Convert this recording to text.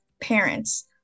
parents